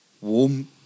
Warm